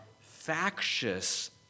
factious